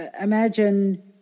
imagine